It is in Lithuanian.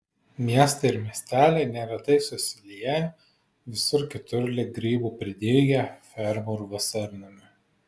miestai ir miesteliai neretai susilieję visur kitur lyg grybų pridygę fermų ir vasarnamių